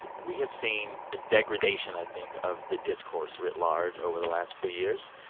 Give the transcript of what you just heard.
we have seen the degradation, i think, of the discourse writ large over the last two years.